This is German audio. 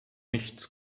nichts